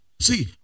See